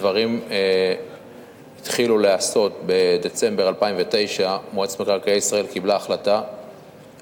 דברים התחילו להיעשות בדצמבר 2009. מועצת מקרקעי ישראל קיבלה לראשונה